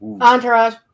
Entourage